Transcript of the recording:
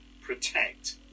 protect